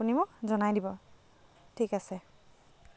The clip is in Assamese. আপুনি মোক জনাই দিব ঠিক আছে